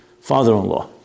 father-in-law